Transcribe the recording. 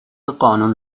قانون